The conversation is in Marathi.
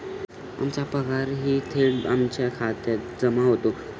आमचा पगारही थेट आमच्या खात्यात जमा होतो